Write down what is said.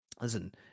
Listen